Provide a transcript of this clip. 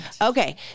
Okay